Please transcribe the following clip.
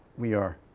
we are